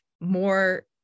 more